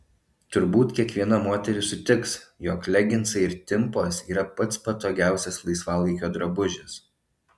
turbūt kiekviena moteris sutiks jog leginsai ir timpos yra pats patogiausias laisvalaikio drabužis